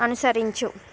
అనుసరించు